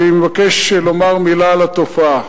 אני מבקש לומר מלה על התופעה,